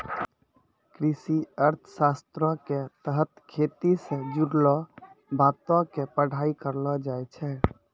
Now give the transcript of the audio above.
कृषि अर्थशास्त्रो के तहत खेती से जुड़लो बातो के पढ़ाई करलो जाय छै